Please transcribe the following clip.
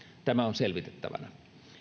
tämä on selvitettävänä